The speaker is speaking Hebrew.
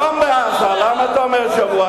יום בעזה, למה אתה אומר שבוע?